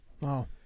Wow